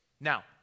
Now